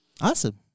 Awesome